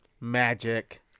Magic